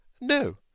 No